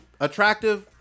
attractive